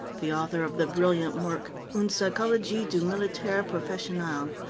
the author of the brilliant work, une psychologie du militaire professionel,